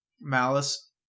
Malice